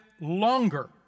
longer